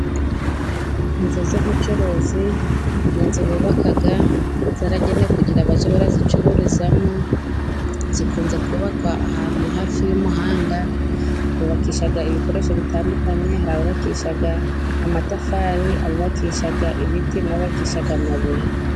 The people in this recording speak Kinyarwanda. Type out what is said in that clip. Inzu z'ubucuruzi, ni inzu bubaka zaragenewe kugira ngo bajye bazicururizamo, zikunze kubakwa ahantu hafi y'umuhanda, bubakisha ibikoresho bitandukanye hari abubakisha amatafari, abubakisha ibiti n'abubakisha amabuye.